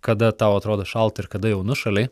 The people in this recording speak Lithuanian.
kada tau atrodo šalta ir kada jau nušalei